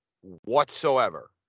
whatsoever